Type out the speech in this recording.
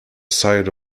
side